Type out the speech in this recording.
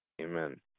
Amen